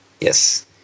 Yes